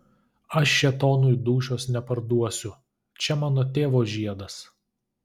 aš šėtonui dūšios neparduosiu čia mano tėvo žiedas